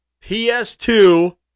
PS2